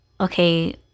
Okay